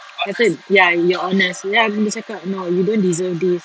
as in ya you're honest ya abeh dia cakap no you don't deserve this